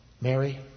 Mary